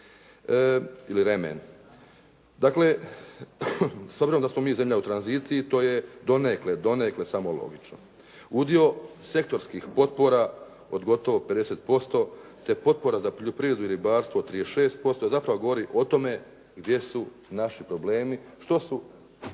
ili remen. Dakle, s obzirom da smo mi zemlja u tranziciji to je donekle, donekle samo logično. Udio sektorskih potpora od gotovo 50%, te potpora za poljoprivredu i ribarstvo 36% dakle govori o tome gdje su naši problemi, što su